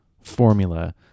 formula